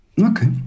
Okay